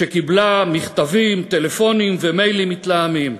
וקיבלה מכתבים, טלפונים ומיילים מתלהמים.